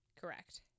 Correct